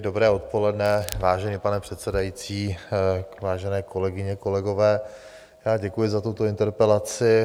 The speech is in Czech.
Dobré odpoledne, vážený pane předsedající, vážené kolegyně, kolegové, děkuji za tuto interpelaci.